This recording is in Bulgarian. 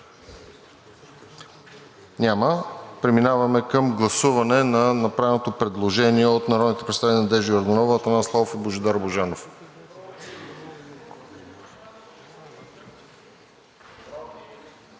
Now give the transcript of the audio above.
Няма. Преминаваме към гласуване на направеното предложение от народните представители Надежда Йорданова, Атанас Славов и Божидар Божанов. Гласували